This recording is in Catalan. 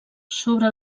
sobre